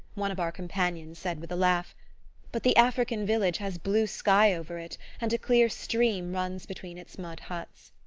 one of our companions said with a laugh but the african village has blue sky over it, and a clear stream runs between its mud huts.